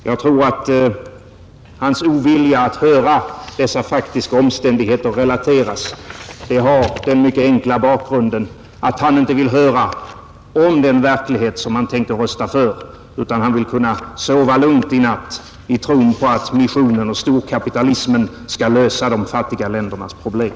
Jag tror att hans ovilja att höra dessa faktiska omständigheter relateras har den mycket enkla bakgrunden att han inte vill höra om den verklighet som han tänker rösta för, utan han vill kunna sova lugnt i natt i tron på att missionen och storkapitalismen skall lösa de fattiga ländernas problem.